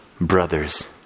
brothers